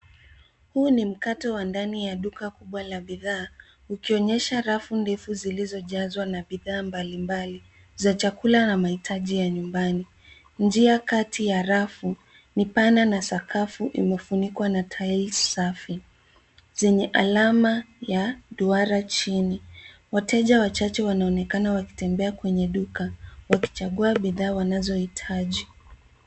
Huu ni mkate wa ndani ya duka kubwa la bidhaa, ukionyesha rafu ndefu zilizojazwa na bidhaa mbalimbali za chakula na mahitaji ya nyumbani. Njia kati ya rafu ni pana na sakafu imefunikwa na tails safi zenye alama ya duara chini. Wateja wachache wanaonekan wakitembea kwenye duka wakichagua bidhaa wanazohitaji.